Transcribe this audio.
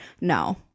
No